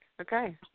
Okay